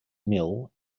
mill